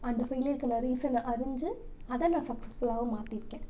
அந்த ஃபெயிலியருக்கான ரீசனை அறிஞ்சு அதை நான் சக்ஸஸ்ஃபுல்லாகவும் மாற்றி இருக்கேன்